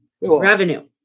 Revenue